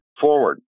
forward